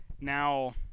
Now